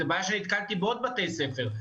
וזו בעיה שנתקלתי בעוד בתי ספר.